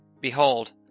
Behold